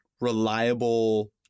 reliable